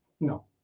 No